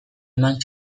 eman